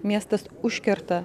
miestas užkerta